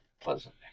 pleasant